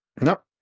Nope